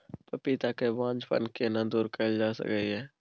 पपीता के बांझपन केना दूर कैल जा सकै ये?